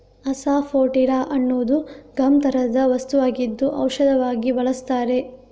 asafoetida ಅನ್ನುವುದು gum ತರಹದ ವಸ್ತುವಾಗಿದ್ದು ಔಷಧವಾಗಿ ಬಳಸುತ್ತಾರೆ